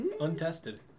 untested